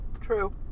true